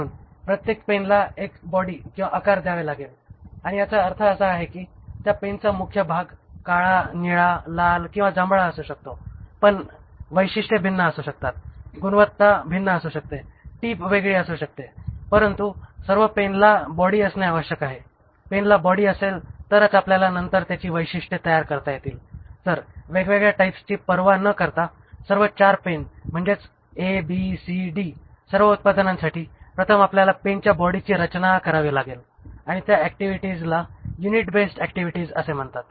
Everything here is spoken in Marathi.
म्हणून प्रत्येक पेनला एक बॉडी द्यावे लागेल आणि याचा अर्थ असा आहे की त्या पेनचा मुख्य भाग काळा निळा लाल किंवा जांभळा असू शकतो पण वैशिष्ट्ये भिन्न असू शकतात गुणवत्ता भिन्न असू शकते टीप वेगळी असू शकते परंतु सर्व पेनला बॉडी असणे आवश्यक आहे पेनला बॉडी असेल तरच आपल्याला नंतर त्याची वैशिष्टये तयार करता येतील तर वेगवेगळ्या टाईप्सची पर्वा न करता सर्व 4 म्हणजेच A B C आणि D सर्व उत्पादनांसाठी प्रथम आपल्याला पेनच्या बॉडीची रचना करावी लागेल आणि त्या ऍक्टिव्हिटीजला युनिट बेस्ड ऍक्टिव्हिटीज असे म्हणतात